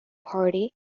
party